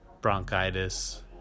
bronchitis